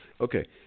okay